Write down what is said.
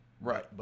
Right